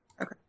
Okay